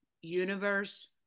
universe